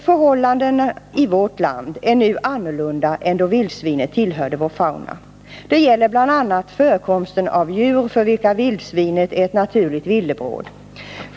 Förhållandena i vårt land är nu annorlunda än då vildsvinet tillhörde vår fauna. Det gäller bl.a. förekomsten av djur för vilka vildsvinet är ett naturligt villebråd.